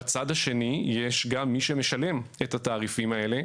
בצד השני יש גם את מי שמשלם את התעריפים האלה,